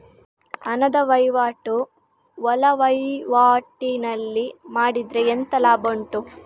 ಹಣದ ವಹಿವಾಟು ಒಳವಹಿವಾಟಿನಲ್ಲಿ ಮಾಡಿದ್ರೆ ಎಂತ ಲಾಭ ಉಂಟು?